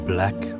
Black